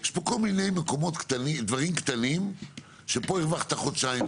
יש פה כל מיני דברים קטנים שפה הרווחת חודשיים,